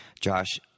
Josh